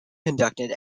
conducted